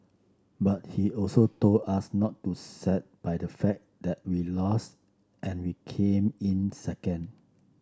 but he also told us not too sad by the fact that we lost and we came in second